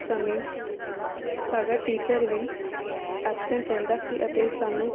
ਸਮੇਂ ਸਾਡਾ ਟੀਚਰ ਵੀ ਐਬਸੈਂਟ ਰਹਿੰਦਾ ਸੀ ਅਤੇ ਸਾਨੂੰ